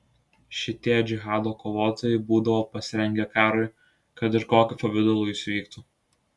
šitie džihado kovotojai būdavo pasirengę karui kad ir kokiu pavidalu jis vyktų